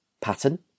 pattern